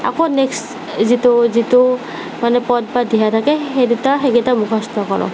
আকৌ নেক্সট যিটো যিটো মানে পদ বা দিহা থাকে সেই দুটা সেই কেইটা মুখস্থ কৰোঁ